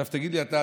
עכשיו תגיד לי אתה,